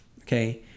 okay